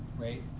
right